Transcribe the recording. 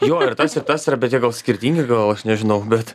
jo ir tas ir tas yra bet jie gal skirtingi gal aš nežinau bet